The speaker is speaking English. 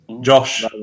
Josh